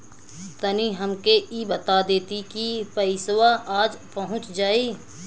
तनि हमके इ बता देती की पइसवा आज पहुँच जाई?